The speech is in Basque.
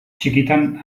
txikitan